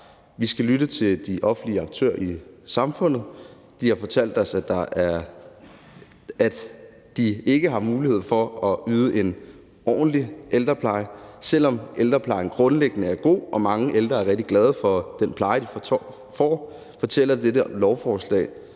Vi skal lytte til de offentlige aktører i samfundet. De har fortalt os, at de ikke har mulighed for at yde en ordentlig ældrepleje. Selv om ældreplejen grundlæggende er god og mange ældre er rigtig glade for den pleje, de får, fortæller dette lovforslag,